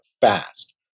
fast